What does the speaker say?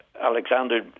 Alexander